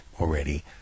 already